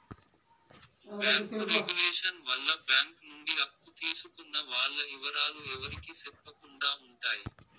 bank regulation వల్ల bank నుండి అప్పు తీసుకున్న వాల్ల ఇవరాలు ఎవరికి సెప్పకుండా ఉంటాయి